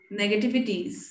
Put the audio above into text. negativities